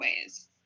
ways